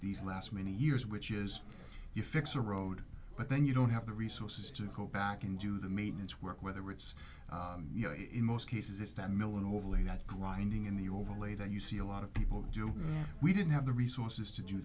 these last many years which is you fix a road but then you don't have the resources to go back and do the maintenance work whether it's you know in most cases that mill and overlay that grinding in the overlay that you see a lot of people do we didn't have the resources to do